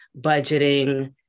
budgeting